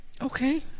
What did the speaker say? Okay